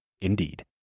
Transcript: Indeed